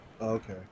Okay